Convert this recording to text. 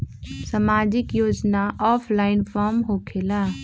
समाजिक योजना offline form होकेला?